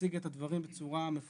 שיציג את הדברים בצורה מפורטת.